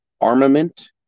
armament